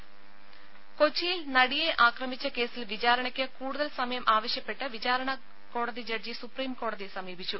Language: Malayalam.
രുമ കൊച്ചിയിൽ നടിയെ ആക്രമിച്ച കേസിൽ വിചാരണയ്ക്ക് കൂടുതൽ സമയം ആവശ്യപ്പെട്ട് വിചാരണാ കോടതി ജഡ്ജി സുപ്രീം കോടതിയെ സമീപിച്ചു